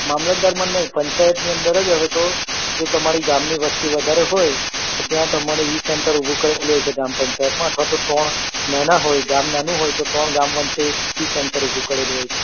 મામલતદારમાં નહીં પંચાયતની અંદર જ હવે તો એ તમારી ગામની વસ્તી વધારે હોય તો ત્યાં તમારે ઇસેન્ટર ઊભું કરેલું હોય છે ગ્રામ પંચાયતમાં અથવા તો ત્રણ નાના હોય ગામ નાનું હોય તો ત્રણ ગામ વચ્ચે એક ઇસેન્ટર ઊભું કરેલું હોય છે